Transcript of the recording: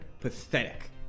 pathetic